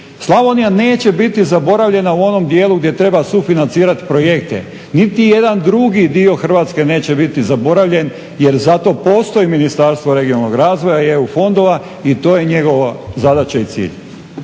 Slavonija neće biti zaboravljena u onom dijelu gdje treba sufinancirati projekte, niti jedan drugi dio Hrvatske neće biti zaboravljen jer zato postoji Ministarstvo regionalnog razvoja i EU fondova i to je njegova zadaća i cilj.